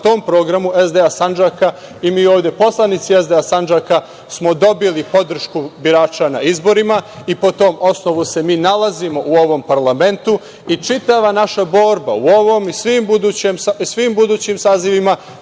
u tom programu SDA Sandžaka i mi ovde poslanici SDA Sandžaka smo dobili podršku birača na izborima i po tom osnovu se mi nalazimo u ovom parlamentu i čitava naša borba u ovom i svim budućim sazivima